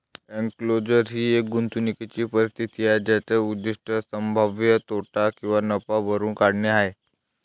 enclosure ही एक गुंतवणूकीची परिस्थिती आहे ज्याचे उद्दीष्ट संभाव्य तोटा किंवा नफा भरून काढणे आहे